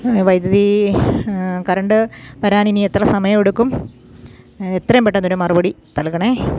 വൈദ്യുതി കറണ്ട് വരാനിനി എത്ര സമയം എടുക്കും എത്രയും പെട്ടെന്നൊരു മറുപടി നൽകണെ